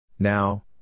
Now